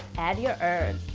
add your herbs.